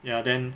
ya then